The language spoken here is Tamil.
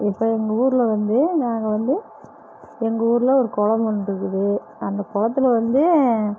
இப்போ எங்கள் ஊரில் வந்து நாங்கள் வந்து எங்கள் ஊரில் ஒரு குளம் ஒன்று இருக்குது அந்த குளத்துல வந்து